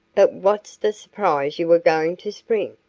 but what's the surprise you were going to spring?